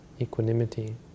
equanimity